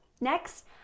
Next